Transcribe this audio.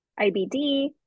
IBD